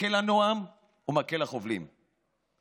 מקל הנועם ומקל החובלים.